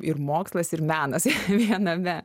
ir mokslas ir menas viename